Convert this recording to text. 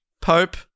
Pope